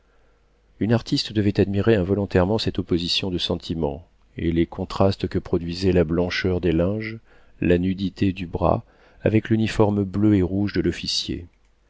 une artiste devait admirer involontairement cette opposition de sentiments et les contrastes que produisaient la blancheur des linges la nudité du bras avec l'uniforme bleu et rouge de l'officier